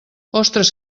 ostres